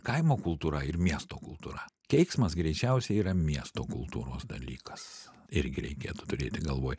kaimo kultūra ir miesto kultūra keiksmas greičiausiai yra miesto kultūros dalykas irgi reikėtų turėti galvoj